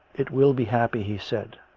it will be happy, he said.